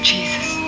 Jesus